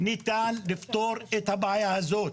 ניתן לפתור את הבעיה הזאת.